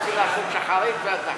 רוצים לעשות שחרית ואז לחזור,